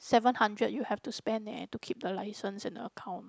seven hundred you have to spend eh to keep the licence and the account